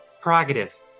Prerogative